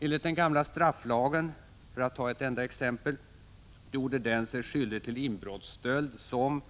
Enligt den gamla strafflagen — för att ta ett enda exempel -— gjorde den sig skyldig till inbrottsstöld som